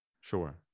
Sure